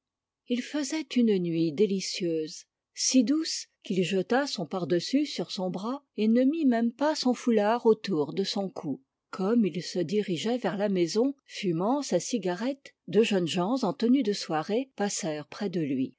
l faisait une nuit délicieuse si douce qu'il jeta son pardessus sur son bras et ne mit même pas son foulard autour de son cou gomme il se dirigeait vers la maison fumant sa cigarette deux jeunes gens ne tenue de soirée passèrent près de lui